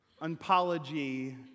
apology